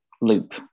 loop